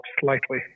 slightly